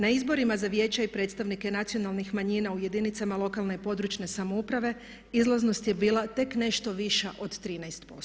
Na izborima za vijeća i predstavnike nacionalnih manjina u jedinicama lokalne i područne samouprave izlaznost je bila tek nešto viša od 13%